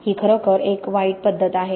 ही खरोखर एक वाईट पद्धत आहे